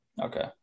Okay